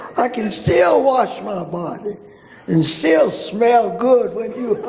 i can still wash my body and still smell good when you